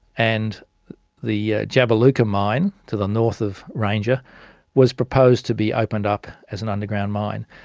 and the jabiluka mine to the north of ranger was proposed to be opened up as an underground mine.